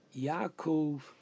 Yaakov